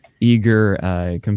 eager